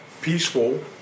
peaceful